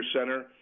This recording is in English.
center –